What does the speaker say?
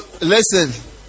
listen